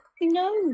No